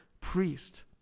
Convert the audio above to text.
priest